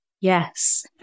Yes